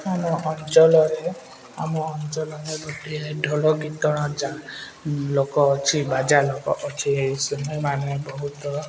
ଆମ ଅଞ୍ଚଳରେ ଆମ ଅଞ୍ଚଳରେ ଗୋଟିଏ ଢୋଲ କୀର୍ତ୍ତନ ଯା ଲୋକ ଅଛି ବାଜା ଲୋକ ଅଛି ସେମାନେ ବହୁତ